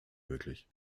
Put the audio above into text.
möglich